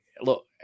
Look